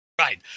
Right